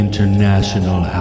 International